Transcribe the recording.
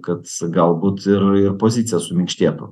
kad galbūt ir ir pozicija suminkštėtų